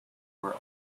were